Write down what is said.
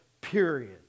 period